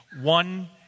one